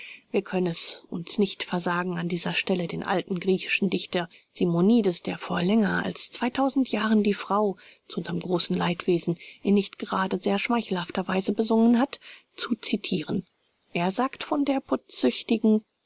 wir können es uns nicht versagen an dieser stelle den alten griechischen dichter simonides der vor länger als zweitausend jahren die frauen zu unserm großen leidwesen in nicht gerade sehr schmeichelhafter weise besungen hat zu citiren er sagt von der